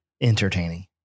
entertaining